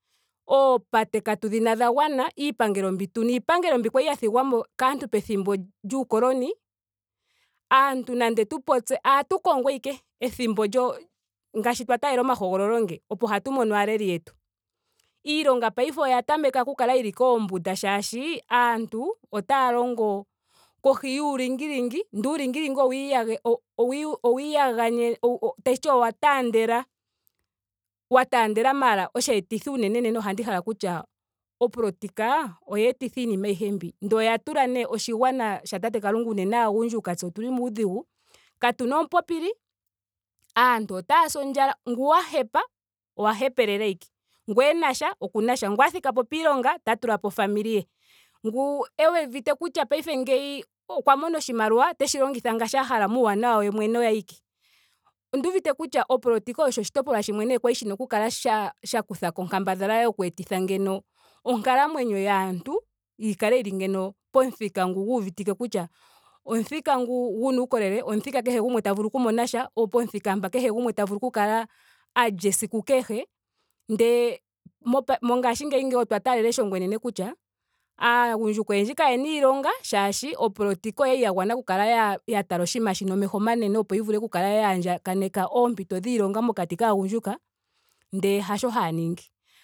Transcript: Oopate katu dhina dha gwana. iipangelo mbi tuna iipangelo mbi kwlai ya thigwamo kaantu pethimbo lyukoloni. aantu nenge tu popye ohatu kongo ashike eyhimbo lyo. ngaashi twa taalela omahogololo nge. opo hatu mono aaleli yetu. Iilonga paife oya tameka oku kala yili koombunda shaashi aantu otaya. ongo kohi yulingilingi. Ndele uulingilili owa iyageka,-owa iyaga tashiti owa taandela. a taandele maara osheetithi unenenene ohandi hala okutya opolitika oya etitha iinima ayihe mbi. Ndele oya tula unene oshigwana sha tate kalunga unene aagundjuka tse otuli muudhigu. katuna omupopili. aantu otaya si ondjala. ngu wa hepa owa hepelela ashike. Ngu enasha oku nasha. Ngu a thika po piilonga ota tulapo o family ye. Ngu uuvite kutya paife ngeyi okwa mona oshimaliwa oteshi longitha ngaashi a hala muuwanawa we mwene awike. onda uvite kutya opolitika oyo oshitopolwa shimwe nee kwali shina oku kala sha- sha kuthako onkambadhala yoku etitha ngeno onkalamwenyo yaantu yi kale yili ngeno pomuthika ngu guuvitike kutya. omuthika ngu guna uukolelele. omuthika kehe gumwe ta vulu oku mona sha. pomuthika mpa kehe gumwe ta vulu oku kala a lya esiku kehe. ndele mopa mongaashingeyi otwa taalela eshongo enene kutya aagundjuka oyendji kayena iilonga. shaashi opolotika okwali ya gwana oku kala ya tala oshinima shika omeho omanene opo yi kale ya vula oku andjaganeka oompito dhiilonga mokati kaagundjuka. ndele hasho haa ningi